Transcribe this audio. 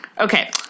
Okay